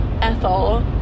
Ethel